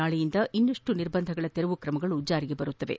ನಾಳೆಯಿಂದ ಇನ್ನಷ್ಟು ನಿರ್ಬಂಧಗಳ ತೆರವು ತ್ರಮಗಳು ಜಾರಿಗೆ ಬರಲಿವೆ